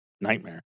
nightmare